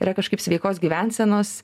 yra kažkaip sveikos gyvensenos